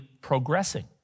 progressing